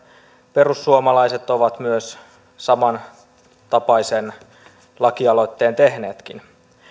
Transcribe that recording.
perussuomalaiset ovat myös samantapaisen laki aloitteen tehneetkin